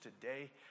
today